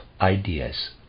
ideas